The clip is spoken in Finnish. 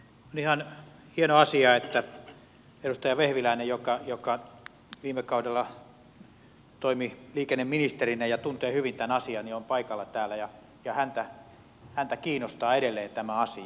on ihan hieno asia että edustaja vehviläinen joka viime kaudella toimi liikenneministerinä ja tuntee hyvin tämän asian on paikalla täällä ja häntä kiinnostaa edelleen tämä asia